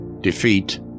Defeat